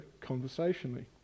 conversationally